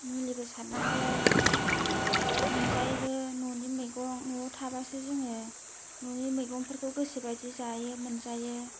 मुलिबो सारनांगौ आरो मोनजायोबो न'नि मैगं न'आव थाबासो जोङो न'नि मैगंफोरखौ गोसोबादि जायो मोनजायो